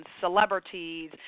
celebrities